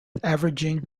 averaging